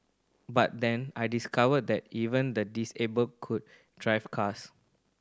but then I discovered that even the disabled could drive cars